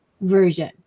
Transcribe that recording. version